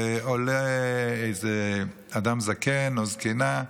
ועולה אדם זקן או זקנה,